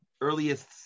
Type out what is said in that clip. earliest